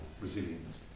resilience